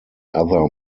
other